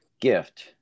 gift